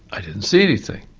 i didn't see anything.